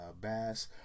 Bass